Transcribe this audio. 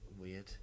weird